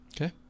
Okay